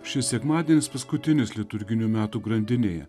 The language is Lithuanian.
šis sekmadienis paskutinis liturginių metų grandinėje